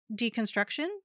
deconstruction